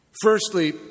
Firstly